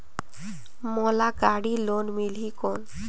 मोला गाड़ी लोन मिलही कौन?